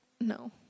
No